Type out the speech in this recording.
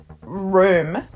room